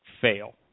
fail